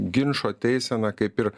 ginčo teisena kaip ir